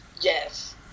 Yes